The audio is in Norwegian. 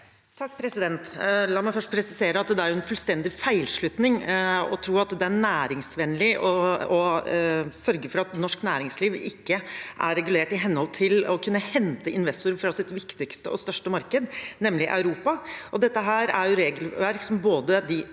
(H) La meg først presisere at det er en fullstendig feilslutning å tro at det er næringsvennlig å sørge for at norsk næringsliv ikke er regulert i henhold til å kunne hente investorer fra sitt viktigste og største marked, nemlig Europa. Dette er jo regelverk de ønsker,